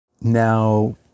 Now